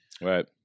Right